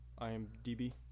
IMDB